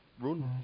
run